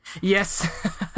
Yes